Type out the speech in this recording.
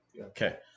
Okay